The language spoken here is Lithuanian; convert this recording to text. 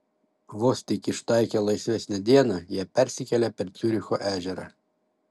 vos tik ištaikę laisvesnę dieną jie persikelia per ciuricho ežerą